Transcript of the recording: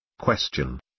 Question